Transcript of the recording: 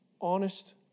honest